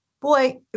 Boy